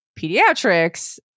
Pediatrics